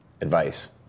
advice